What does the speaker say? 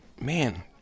man